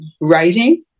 writing